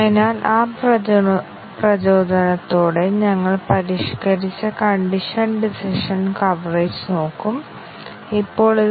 അതിനാൽ ഒരു ശക്തമായ പരിശോധനയിൽ ദുർബലമായ പരിശോധനയുടെ എല്ലാ ഘടകങ്ങളും ഇത് ഉൾക്കൊള്ളുന്നുവെന്ന് നമുക്ക് കാണിക്കേണ്ടതുണ്ട് ഓരോ പ്രസ്താവനയും ഏതെങ്കിലും ശാഖയിൽ കിടക്കുന്നുവെന്ന് നമുക്ക് വാദിക്കാം